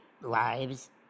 lives